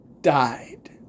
died